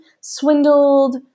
swindled